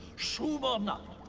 shroom or not,